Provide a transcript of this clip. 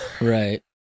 Right